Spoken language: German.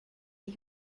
die